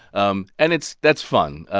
um and it's that's fun.